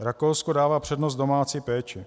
Rakousko dává přednost domácí péči.